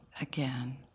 again